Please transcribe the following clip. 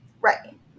right